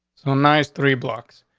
so nice. three blocks.